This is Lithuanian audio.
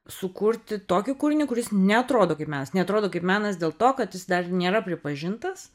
sukurti tokį kūrinį kuris neatrodo kaip mes neatrodo kaip menas dėl to kad jis dar nėra pripažintas